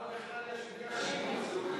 כמה בכלל יש בנייה לדיור ציבורי?